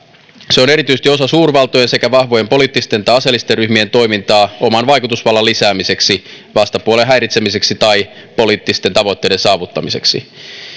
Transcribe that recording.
on erityisesti osa suurvaltojen ja vahvojen poliittisten tai aseellisten ryhmien toimintaa oman vaikutusvallan lisäämiseksi vastapuolen häiritsemiseksi tai poliittisten tavoitteiden saavuttamiseksi